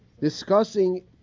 discussing